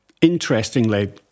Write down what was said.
Interestingly